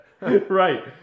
Right